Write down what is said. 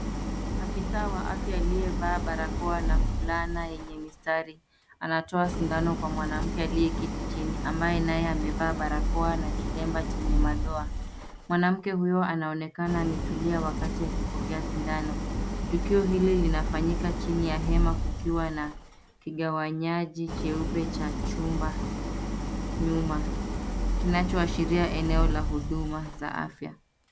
Afisa wa afya aliyevaa barakoa na fulana yenye mistari, anatoa sindano kwa mwanamke aliyeketi chini, ambaye naye amevaa barakoa na kilemba chenye madoa. Mwanamke huyo anaonekana ametulia wakati anapokea sindano. Tukio hilo linafanyika chini ya hema, kukiwa na kigawanyaji cheupe cha chuma nyuma, kinachoashiria eneo la huduma za afya.